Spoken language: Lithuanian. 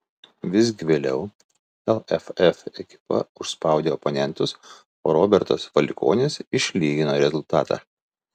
visgi vėliau lff ekipa užspaudė oponentus o robertas valikonis išlygino rezultatą